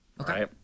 Okay